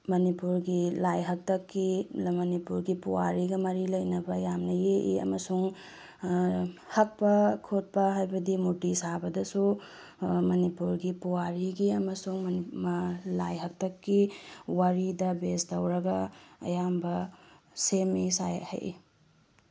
ꯃꯅꯤꯄꯨꯔꯒꯤ ꯂꯥꯏ ꯍꯥꯛꯇꯛꯀꯤ ꯃꯅꯤꯄꯨꯔꯒꯤ ꯄꯨꯋꯥꯔꯤꯒ ꯃꯔꯤ ꯂꯩꯅꯕ ꯌꯥꯝꯅ ꯌꯦꯛꯏ ꯑꯃꯁꯨꯡ ꯍꯛꯄ ꯈꯣꯠꯄ ꯍꯥꯏꯕꯗꯤ ꯃꯨꯔꯇꯤ ꯁꯥꯕꯗꯁꯨ ꯃꯅꯤꯄꯨꯔꯒꯤ ꯄꯨꯋꯥꯔꯤꯒꯤ ꯑꯃꯁꯨꯡ ꯂꯥꯏ ꯍꯥꯛꯇꯛꯀꯤ ꯋꯥꯔꯤꯗ ꯕꯦꯖ ꯇꯧꯔꯒ ꯑꯌꯥꯝꯕ ꯁꯦꯝꯃꯤ ꯁꯥꯏ ꯍꯛꯏ